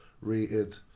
rated